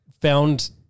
found